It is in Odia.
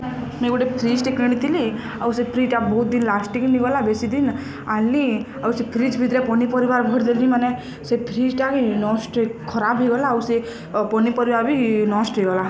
ମୁଇଁ ଗୋଟେ ଫ୍ରିଜ୍ଟେ କିଣିଥିଲି ଆଉ ସେ ଫ୍ରିଜ୍ଟା ବହୁତ୍ ଦିନ୍ ଲାଷ୍ଟିଙ୍ଗ୍ ହିଗଲା ବେଶି ଦିନ୍ ଆନ୍ଲିି ଆଉ ସେ ଫ୍ରିଜ୍ ଭିତ୍ରେ ପନିପରିବା ଭରି ଦେଲି ମାନେ ସେ ଫ୍ରିଜ୍ଟା କି ନି ନଷ୍ଟ ଖରାପ୍ ହେଇଗଲା ଆଉ ସେ ପନିପରିବା ବି ନଷ୍ଟ ହେଇଗଲା